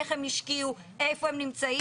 איך הם השקיעו, איפה הם נמצאים?